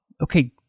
okay